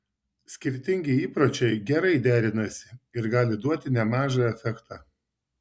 skirtingi įpročiai gerai derinasi ir gali duoti nemažą efektą